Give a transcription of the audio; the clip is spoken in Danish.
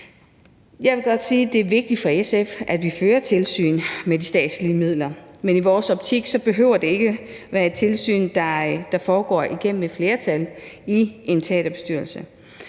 Jeg vil godt sige, at det er vigtigt for SF, at vi fører tilsyn med de statslige midler. Men i vores optik behøver det ikke være et tilsyn, der foregår igennem et flertal i en teaterbestyrelse